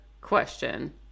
question